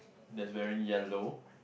that's wearing yellow